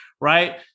right